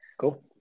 Cool